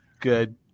Good